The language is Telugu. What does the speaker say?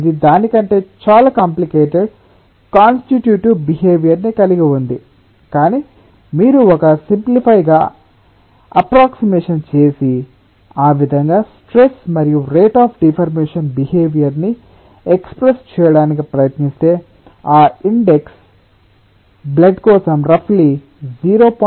ఇది దాని కంటే చాలా కామ్ప్లికేటెడ్ కాన్సిటిట్యూటివ్ బిహేవియర్ ని కలిగి ఉంది కానీ మీరు ఒక సిమ్ప్లిఫై గా అప్రక్సీమెషన్ చేసి ఆ విధంగా స్ట్రెస్ మరియు రేట్ అఫ్ డిఫార్మెషన్ బిహేవియర్ ని ఎక్స్ప్రెస్ చేయడానికి ప్రయత్నిస్తే ఆ ఇండెక్స్ బ్లడ్ కోసం రఫ్ లి 0